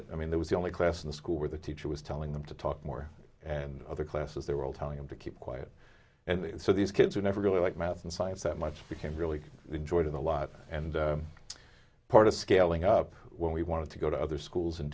it i mean there was the only class in the school where the teacher was telling them to talk more and other classes they were all telling them to keep quiet and so these kids were never really like math and science that much became really enjoyed a lot and part of scaling up when we wanted to go to other schools and